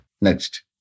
Next